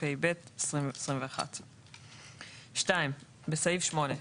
התשפ"ב-2021,"; (2)בסעיף 8,